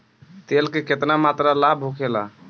तेल के केतना मात्रा लाभ होखेला?